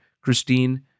Christine